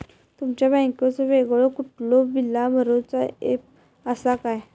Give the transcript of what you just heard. तुमच्या बँकेचो वेगळो कुठलो बिला भरूचो ऍप असा काय?